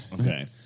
Okay